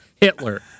Hitler